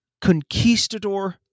conquistador